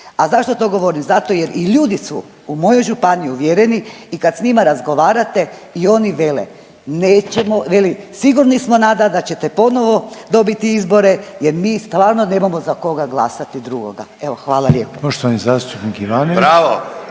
A zašto to govorim? Zato jer i ljudi su u mojoj županiji uvjereni i kad s njima razgovarate i oni vele, nećemo, veli, sigurni smo, Nada da ćete ponovo dobiti izbore jer mi stvarno nemamo za koga glasati drugoga. Evo, hvala lijepo.